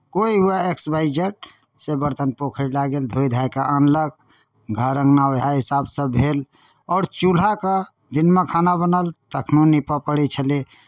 कोइ हुए X Y Z से बरतन पोखरि लए गेल धोए धाए कऽ आनलक घर अङना उएह हिसाबसँ भेल आओर चूल्हाके दिनमे खाना बनल तखनहु नीपय पड़ै छलै